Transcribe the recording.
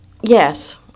Yes